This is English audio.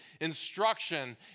instruction